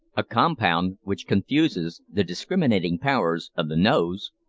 a compound which confuses the discriminating powers of the nose,